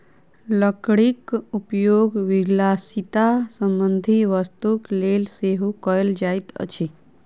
लकड़ीक उपयोग विलासिता संबंधी वस्तुक लेल सेहो कयल जाइत अछि